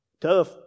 Tough